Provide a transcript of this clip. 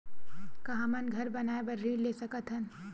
का हमन घर बनाए बार ऋण ले सकत हन?